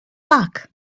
luck